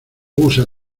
usa